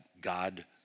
God